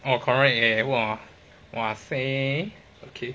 orh correct leh !wah! !wahseh! okay